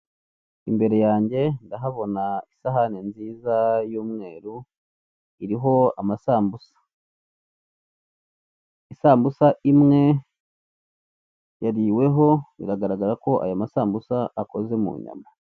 Imbere yanjye ndahabona isahane nziza y'umweru iriho amasambusa. Isambusa imwe yariweho, biragaragara ko aya masambusa akoze mu nyama.